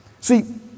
See